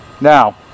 Now